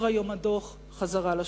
היום הדוח חוזר לשולחן.